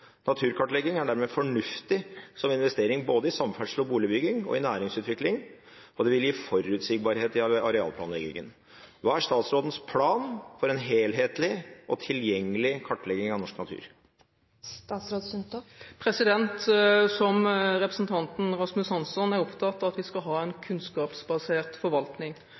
Naturkartlegging er dermed en fornuftig investering i samferdsel, boligutbygging og næringsutvikling, og vil gi forutsigbarhet i arealplanleggingen. Hva er statsrådens plan for en helhetlig og tilgjengelig kartlegging av norsk natur?» Som representanten Rasmus Hansson er jeg opptatt av at vi skal ha en kunnskapsbasert forvaltning.